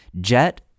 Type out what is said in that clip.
Jet